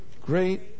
great